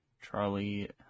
Charlie